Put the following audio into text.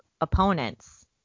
opponents